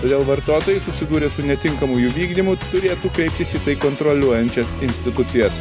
todėl vartotojai susidūrę su netinkamu jų vykdymu turėtų kreiptis į kontroliuojančias institucijas